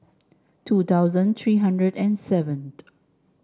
two thousand three hundred and seventh